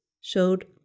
showed